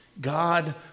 God